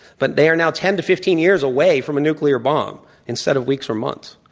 but they are now ten to fifteen years away from a nuclear bomb instead of weeks or months,